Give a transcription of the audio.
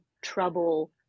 trouble